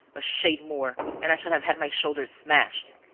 a shade more and i should have had my shoulder smashed.